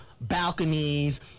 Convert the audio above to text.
balconies